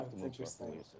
interesting